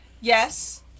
Yes